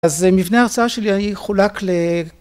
אז מבנה ההרצאה שלי יחולק ל...